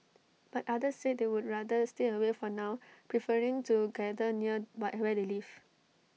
but others said they would rather stay away for now preferring to gather near where they live